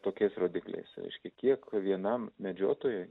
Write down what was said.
tokiais rodikliais reiškia kiek vienam medžiotojui